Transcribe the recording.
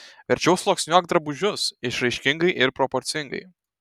verčiau sluoksniuok drabužius išraiškingai ir proporcingai